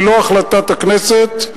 ללא החלטת הכנסת,